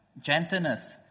gentleness